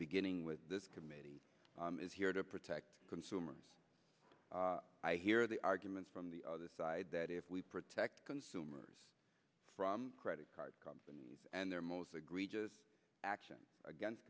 beginning with this committee is here to protect consumers i hear the arguments from the other side that if we protect consumers from credit card companies and their most egregious actions against